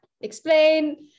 explain